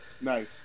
Nice